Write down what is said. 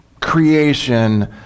creation